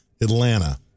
Atlanta